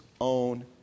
own